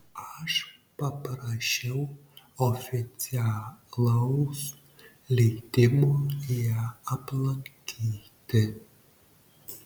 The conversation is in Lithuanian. aš paprašiau oficialaus leidimo ją aplankyti